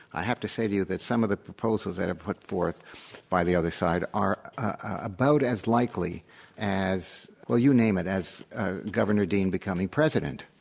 i have to say to you that some of the proposals that are put forth by the other side are about as likely as well, you name it, as ah governor dean becoming president.